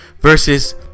versus